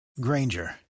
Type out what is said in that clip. Granger